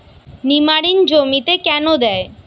নিমারিন জমিতে কেন দেয়?